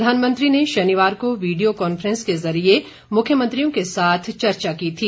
प्रधानमंत्री ने शनिवार को वीडियो कांफ्रेंस के जरिये मुख्यमंत्रियों के साथ चर्चा की थी